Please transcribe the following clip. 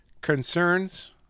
concerns